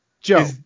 Joe